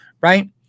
right